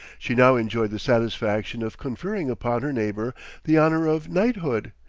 she now enjoyed the satisfaction of conferring upon her neighbor the honor of knighthood,